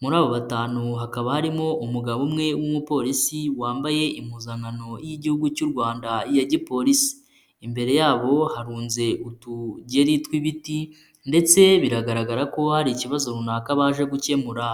muri abo batanu hakaba harimo umugabo umwe w'umupolisi wambaye impuzankano y'igihugu cy'u Rwanda i ya gipolisi, imbere yabo harunze utugeri tw'ibiti ndetse biragaragara ko hari ikibazo runaka baje gukemura.